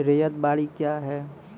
रैयत बाड़ी क्या हैं?